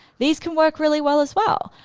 these can work really well as well.